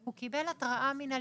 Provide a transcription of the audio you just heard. הוא קיבל התראה מינהלית.